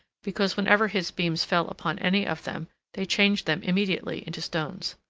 because whenever his beams fell upon any of them they changed them immediately into stones.